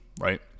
right